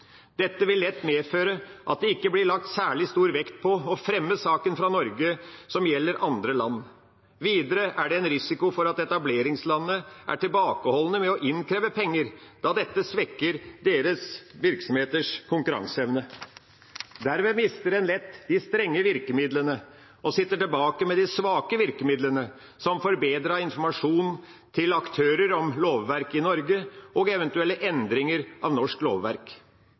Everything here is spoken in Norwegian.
Dette vil lett medføre at det ikke blir lagt særlig stor vekt på å fremme saker fra Norge som gjelder andre land. Videre er det en risiko for at etableringslandene er tilbakeholdne med å innkreve penger, da dette svekker deres virksomheters konkurranseevne. Derved mister en lett de strenge virkemidlene og sitter igjen med de svake virkemidlene, som forbedret informasjon til aktører om lovverket i Norge og eventuelle endringer av norsk lovverk.